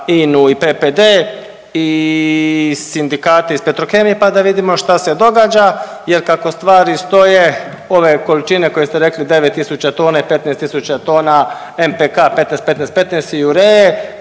INA-u i PPD i sindikati iz Petrokemije pa da vidimo šta se događa jer kako stvari stoje ove količine koje ste rekli 9.000 tona i 15.000 tona MPK-a 15,15,15 i uree